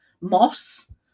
Moss